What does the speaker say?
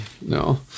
no